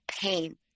pain